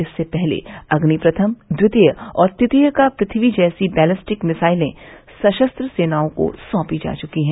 इससे पहले अग्नि प्रथम द्वितीय और तृतीय तथा पृथ्वी जैसी बैलेस्टिक मिसाइलें सशस्त्र सेनाओं को सौंपी जा चुकी हैं